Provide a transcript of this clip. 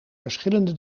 verschillende